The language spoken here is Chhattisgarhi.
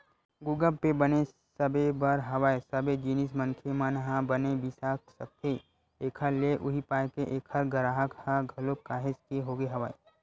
गुगप पे बने सबे बर हवय सबे जिनिस मनखे मन ह बने बिसा सकथे एखर ले उहीं पाय के ऐखर गराहक ह घलोक काहेच के होगे हवय